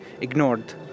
ignored